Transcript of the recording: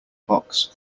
box